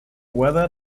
weather